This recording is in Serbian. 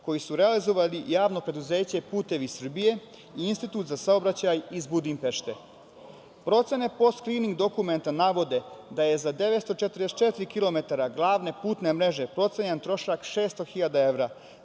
koji su realizovali Javno preduzeće „Putevi Srbije“ i „Institut za saobraćaj“ iz Budimpešte. Procene post skrining dokumenta navode da je za 944 km glavne putne mreže procenjen trošak od 600.000 evra,